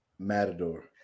Matador